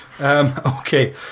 Okay